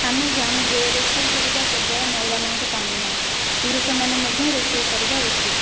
ଆମେ ଜାଣୁ ଯେ ରୋଷେଇ କରିବା କେବଳ ମହିଳାମାନଙ୍କ କାମ ନୁହେଁ ପୁରୁଷମାନେ ମଧ୍ୟ ରୋଷେଇ କରିବା ଉଚିତ